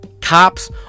Cops